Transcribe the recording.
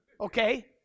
okay